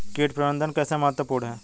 कीट प्रबंधन कैसे महत्वपूर्ण है?